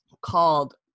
called